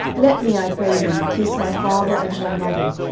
let me, i pray thee, kiss my father and my mother,